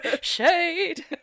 shade